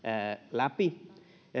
läpi